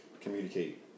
communicate